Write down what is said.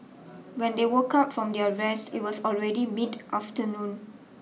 when they woke up from their rest it was already mid afternoon